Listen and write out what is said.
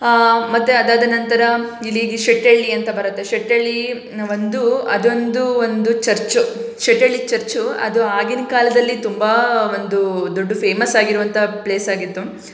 ಮತ್ತು ಅದಾದ ನಂತರ ಇಲ್ಲಿ ಗ ಶೆಟ್ಟಳ್ಳಿ ಅಂತ ಬರುತ್ತೆ ಶೆಟ್ಟಳ್ಳಿ ನಾ ಒಂದು ಅದೊಂದು ಒಂದು ಚರ್ಚು ಶೆಟ್ಟಳ್ಳಿ ಚರ್ಚು ಅದು ಆಗಿನ ಕಾಲದಲ್ಲಿ ತುಂಬ ಒಂದು ದೊಡ್ಡ ಫೇಮಸ್ ಆಗಿರುವಂಥ ಪ್ಲೇಸ್ ಆಗಿತ್ತು